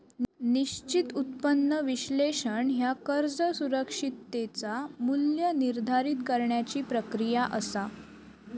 निश्चित उत्पन्न विश्लेषण ह्या कर्ज सुरक्षिततेचा मू्ल्य निर्धारित करण्याची प्रक्रिया असा